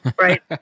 Right